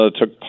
took